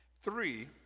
three